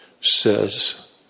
says